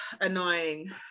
annoying